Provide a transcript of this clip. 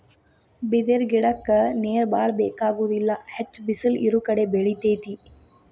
ಬಿದಿರ ಗಿಡಕ್ಕ ನೇರ ಬಾಳ ಬೆಕಾಗುದಿಲ್ಲಾ ಹೆಚ್ಚ ಬಿಸಲ ಇರುಕಡೆ ಬೆಳಿತೆತಿ